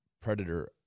predator